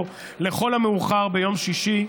או לכל המאוחר ביום שישי,